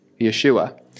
Yeshua